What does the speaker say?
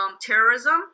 terrorism